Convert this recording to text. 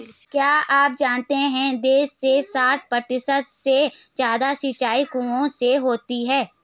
क्या आप जानते है देश में साठ प्रतिशत से ज़्यादा सिंचाई कुओं से होती है?